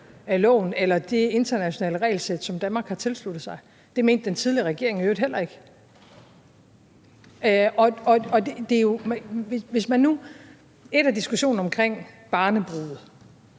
loven eller det internationale regelsæt, som Danmark har tilsluttet sig. Det mente den tidligere regeringen i øvrigt heller ikke. Der er diskussionen omkring barnebrude,